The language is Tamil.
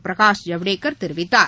பிரகாஷ் ஜவ்டேகர் தெரிவித்தார்